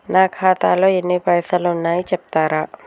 నా ఖాతాలో ఎన్ని పైసలు ఉన్నాయి చెప్తరా?